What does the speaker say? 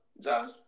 Josh